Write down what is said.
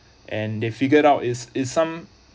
and they figured out is is some